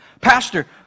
Pastor